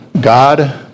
God